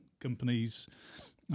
companies